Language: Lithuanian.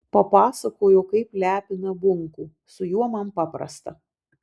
papasakojo kaip lepina bunkų su juo man paprasta